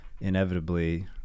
Inevitably